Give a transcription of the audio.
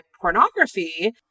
pornography